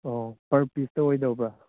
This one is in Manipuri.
ꯑꯣ ꯄꯔ ꯄꯤꯁꯇ ꯑꯣꯏꯗꯧꯕ꯭ꯔꯥ